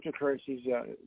cryptocurrencies